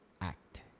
act